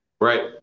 Right